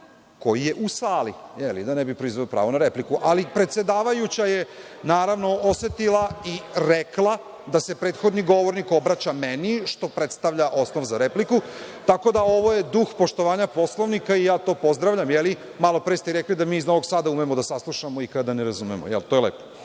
koji je u sali da ne bi proizveo pravo na repliku, ali predsedavajuća je osetila i rekla da se prethodni govornik obraća meni, što predstavlja osnov za repliku, tako da ovo je dug poštovanja Poslovnika i ja to pozdravljam. Malopre ste rekli da mi iz Novog Sada umemo da saslušamo i kada ne razumemo i to je